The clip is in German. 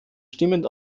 stimmen